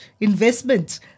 investment